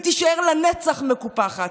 ותישאר לנצח מקופחת.